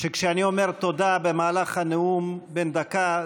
שכשאני אומר "תודה" במהלך הנאום בן דקה,